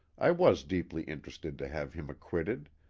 i was deeply interested to have him acquitted,